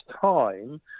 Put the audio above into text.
time